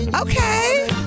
Okay